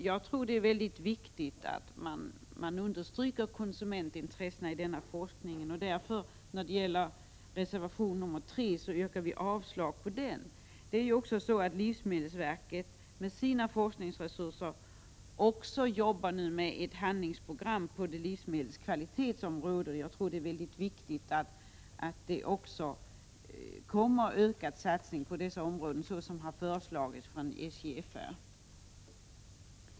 Jag tror att det är mycket viktigt att man understryker konsumentintressena i denna forskning. Vi yrkar därför avslag på reservation 3. Det är också så att livsmedelsverket med sina forskningsresurser nu arbetar med ett handlingsprogram på livsmedelskvalitetens område. Jag tror att det är viktigt att det sker en ökad satsning på detta område, såsom har föreslagits av SJFR.